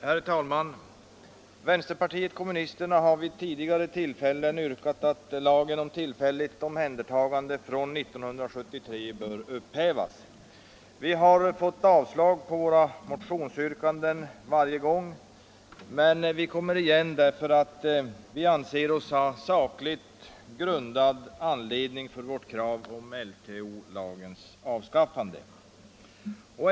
Herr talman! Vänsterpartiet kommunisterna har vid tidigare tillfällen yrkat att lagen om tillfälligt omhändertagande från år 1973 bör upphävas. Vi har fått avslag på våra motionsyrkanden varje gång, men vi kommer igen därför att vi anser oss ha sakligt grundad anledning för vårt krav att LTO skall avskaffas.